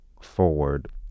forward